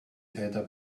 täter